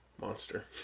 monster